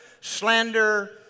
slander